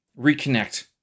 reconnect